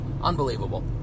Unbelievable